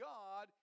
God